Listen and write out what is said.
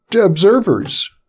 observers